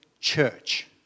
Church